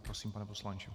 Prosím, pane poslanče.